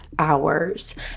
hours